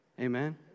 Amen